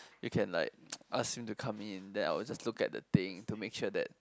you can like ask him to come in then I'll just look at the thing to make sure that